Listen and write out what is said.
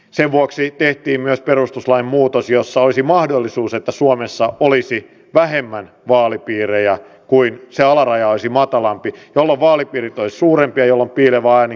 sen vuoksi tehtiin myös perustuslain muutos jossa olisi mahdollisuus että suomessa olisi vähemmän vaalipiirejä se alaraja olisi matalampi jolloin vaalipiirit olisivat suurempia ja jolloin piilevä äänikynnys putoaisi